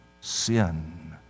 sin